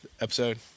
episode